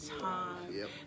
Time